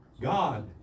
God